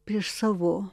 prieš savo